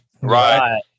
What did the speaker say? right